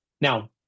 Now